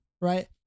Right